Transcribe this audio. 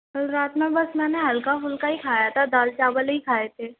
कल रात में मैंने बस हल्का फुल्का ही खाया था बस दाल चावल ही खाए थे